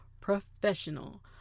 professional